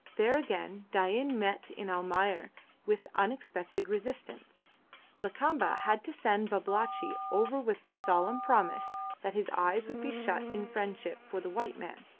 there again dain met in almayer with unexpected resistance lakamba had to send babalatchi over with the solemn promise that his eyes would be shut in friendship for the white man,